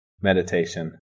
Meditation